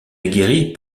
aguerris